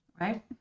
Right